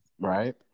Right